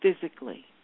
physically